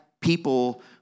people